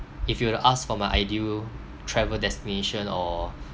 if you were to ask for my ideal travel destination or